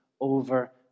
over